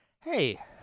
Hey